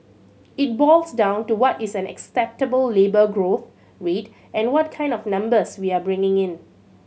it boils down to what is an acceptable labour growth rate and what kind of numbers we are bringing in